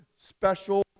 special